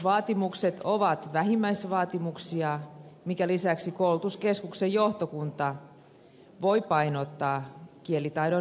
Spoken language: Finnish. kelpoisuusvaatimukset ovat vähimmäisvaatimuksia minkä lisäksi koulutuskeskuksen johtokunta voi painottaa kielitaidon monipuolisuutta